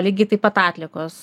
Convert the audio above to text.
lygiai taip pat atliekos